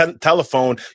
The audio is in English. telephone